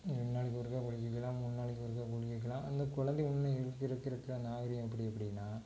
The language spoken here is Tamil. ரெண்டு நாளைக்கு ஒருக்கா குளிக்க வைக்கலாம் மூணு நாளைக்கு ஒருக்கா குளிக்க வைக்கலாம் அந்தக் கொழந்தை இன்னும் இருக்க இருக்க இருக்க நாகரிகம் எப்படி அப்படின்னா